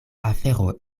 afero